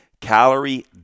calorie